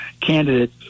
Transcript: candidate